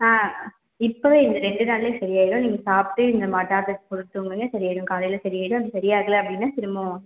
ஆ இப்போவே இந்த ரெண்டு நாள்லையே சரி ஆயிடும் நீங்கள் சாப்பிட்டு இந்த மா டேப்லெட்ஸ் போட்டுகிட்டு தூங்குங்க சரி ஆயிடும் காலையில் சரி ஆயிடும் அப்படி சரியாகலை அப்படின்னா திரும்பவும் வாங்க